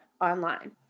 online